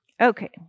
Okay